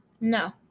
no